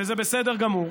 וזה בסדר גמור.